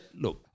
look